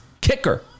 kicker